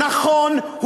נכון,